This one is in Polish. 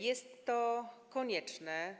Jest to konieczne.